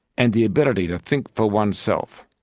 and the ability to think for oneself.